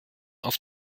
auf